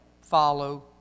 follow